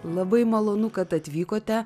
labai malonu kad atvykote